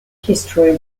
history